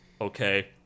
Okay